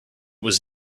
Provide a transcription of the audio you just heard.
was